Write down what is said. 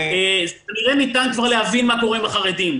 כנראה ניתן כבר להבין מה קורה עם החרדים,